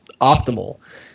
optimal